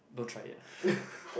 go try it